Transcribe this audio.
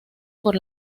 por